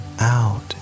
Out